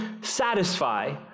satisfy